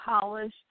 polish